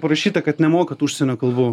parašyta kad nemokat užsienio kalbų